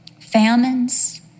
famines